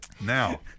now